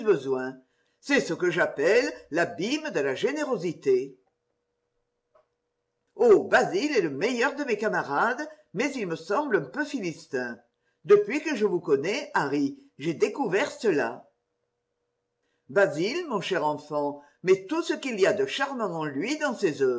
c'est ce que j'appelle l'abîme de la générosité oh basil est le meilleur de mes camarades mais il me semble un peu philistin depuis que je vous connais harry j'ai découvert cela basil mon cher enfant met tout ce qu'il y a de charmant en lui dans ses